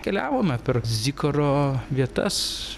keliavome per zikaro vietas